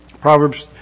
Proverbs